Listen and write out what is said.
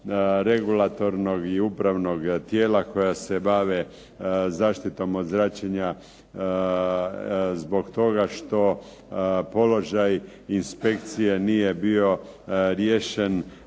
regulatornog i upravnog tijela koja se bave zaštitom od zračenja zbog toga što položaj inspekcije nije bio riješen